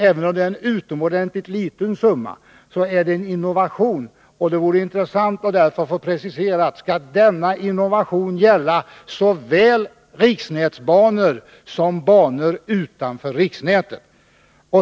Även om det är en utomordentligt liten summa, är det en innovation, och det vore därför intressant att få preciserat om denna innovation skall gälla såväl riksnätsbanor som banor utanför riksnätet.